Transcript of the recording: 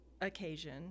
occasion